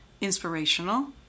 inspirational